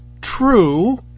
true